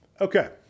Okay